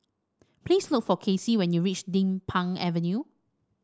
please look for Kassie when you reach Din Pang Avenue